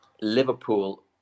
Liverpool